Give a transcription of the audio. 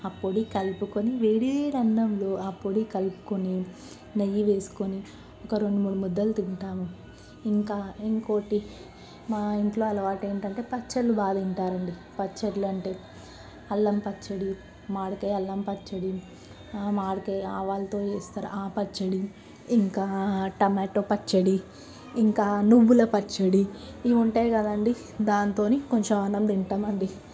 ఆ పొడి కలుపుకొని వేడివేడి అన్నంలో ఆ పొడి కలుపుకొని నెయ్యి వేసుకొని ఒక రెండు మూడు ముద్దలు తింటాము ఇంకా ఇంకోటి మా ఇంట్లో అలవాటు ఏంటంటే పచ్చళ్ళు బాగా తింటారు అండి పచ్చళ్ళు అంటే అల్లం పచ్చడి మామిడికాయ అల్లం పచ్చడి మామిడికాయ ఆవాలతో చేస్తారు ఆ పచ్చడి ఇంకా టమాటో పచ్చడి ఇంకా నువ్వుల పచ్చడి ఇవి ఉంటాయి కదండీ దాంతోని కొంచెం అన్నం తింటాం అండి